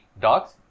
dogs